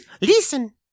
listen